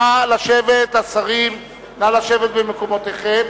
נא לשבת, השרים, נא לשבת במקומותיכם,